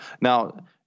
Now